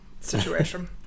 situation